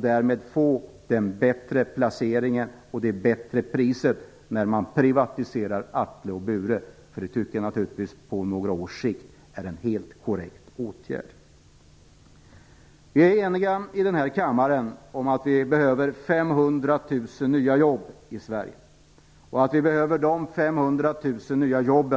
Därmed skulle man få en bättre placering och ett bättre pris när man privatiserar Atle och Bure, för det tycker jag naturligtvis på några års sikt är en helt korrekt åtgärd. Vi är i kammaren eniga om att vi behöver 500 000 nya jobb i Sverige och att vi behöver dessa 500 000 nya jobb